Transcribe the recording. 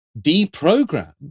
deprogram